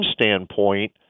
standpoint